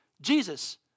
Jesus